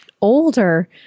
older